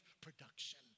production